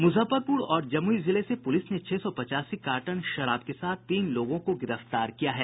मुजफ्फरपुर और जमुई जिले से पुलिस ने छह सौ पचासी कार्टन शराब के साथ तीन लोगों को गिरफ्तार किया है